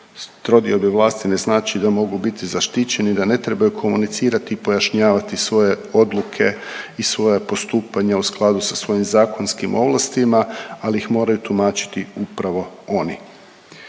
trodiobe vlasti ne znači da mogu biti zaštićeni, da ne trebaju komunicirati i pojašnjavati svoje odluke i svoja postupanja u skladu sa svojim zakonskim ovlastima, ali ih moraju tumačiti upravo oni.